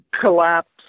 collapse